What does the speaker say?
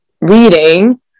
reading